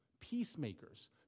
peacemakers